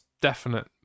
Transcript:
definite